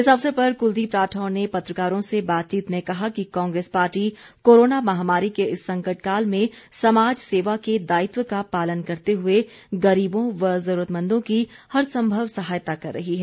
इस अवसर पर कुलदीप राठौर ने पत्रकारों से बातचीत में कहा कि कांग्रेस पार्टी कोरोना महामारी के इस संकट काल में समाज सेवा के दायित्व का पालन करते हुए गरीबों व जरूरतमंदों की हर सम्भव सहायता कर रही है